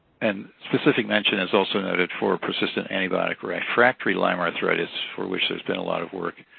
and specific mention is also noted for persistent antibiotic-refractory lyme arthritis, for which there's been a lot of work,